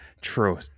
True